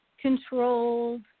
controlled